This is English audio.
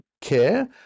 care